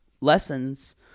lessons